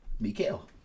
Mikael